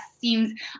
seems